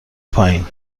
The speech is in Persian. پایین